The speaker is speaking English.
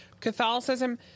catholicism